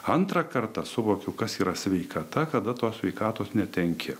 antrą kartą suvokiau kas yra sveikata kada tos sveikatos netenki